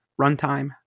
Runtime